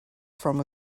from